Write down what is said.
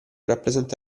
rappresenta